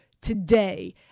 today